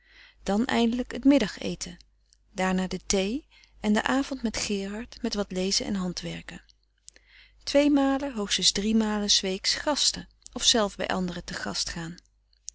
dan eindelijk t middageten daarna de thee en de avond met gerard met wat lezen en handwerken tweemalen hoogstens driemalen s weeks gasten of zelf bij anderen te gast gaan